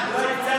לא.